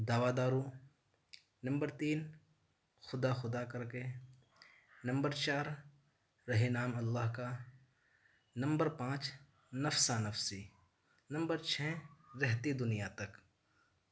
دوا دارو نمبر تین خدا خدا کر کے نمبر چار رہے نام اللہ کا نمبر پانچ نفسہ نفسی نمبر چھ رہتی دنیا تک